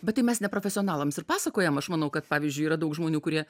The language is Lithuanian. bet tai mes ne profesionalams ir pasakojam aš manau kad pavyzdžiui yra daug žmonių kurie